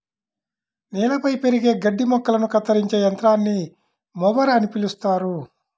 నేలపై పెరిగే గడ్డి మొక్కలను కత్తిరించే యంత్రాన్ని మొవర్ అని పిలుస్తారు